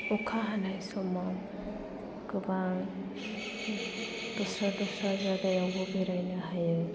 अखा हानाय समाव गोबां दस्रा दस्रा जायगायावबो बेरायनो हायो